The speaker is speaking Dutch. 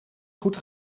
goed